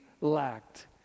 lacked